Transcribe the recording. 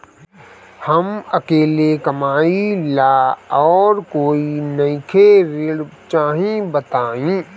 हम अकेले कमाई ला और कोई नइखे ऋण चाही बताई?